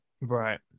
right